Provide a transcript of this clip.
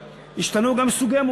השתנו גם סוגי הדגימות,